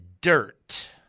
dirt